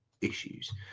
issues